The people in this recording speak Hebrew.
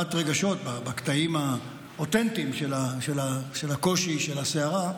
סערת רגשות בקטעים האותנטיים של הקושי, של הסערה,